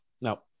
now